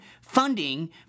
funding